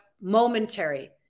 momentary